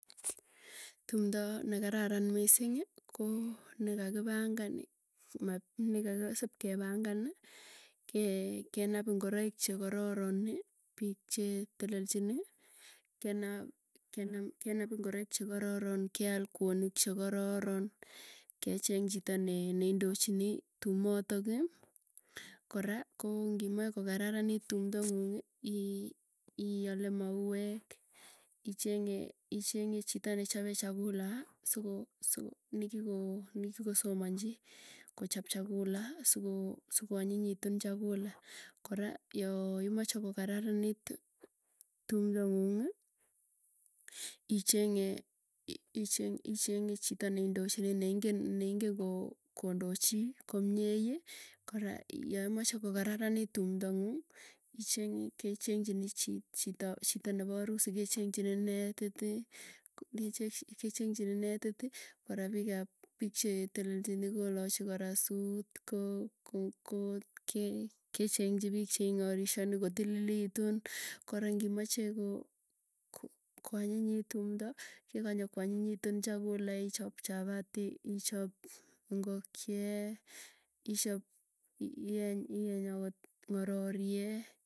Tumdo negararan mising kone kashipkepangan kenap ingoroik chekororon pik che telelchinin kenap ingoroik chekororon keal kwonik chekororon kecheng chito neindochinin tumotok kora kogararanit tumdo ngu`m iiale mauwek icheng`e chito nechope chakula sogo nigikosomanji kochap chakula sogo anyi`nyi`tu chakula kora yo imache kogararanit tumdo ngu`ng ichenge chito neindochinin neingen kondochi komnye kora yaimache kogararanit tumdo ngu`ng ichenge kecheng`chinin chito nepa harusi neti kora pik che telechinin kolachi kora sut ko kecheng`chinin pik che ingorishoni kotililitu kora ngi`mache kwanyinyitu chakula ichop chapati ichop ingok`yet ieny agot ngo`roryet.